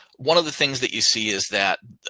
one of the things that you see is that.